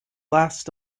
last